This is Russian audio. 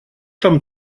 там